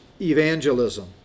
evangelism